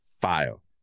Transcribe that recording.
file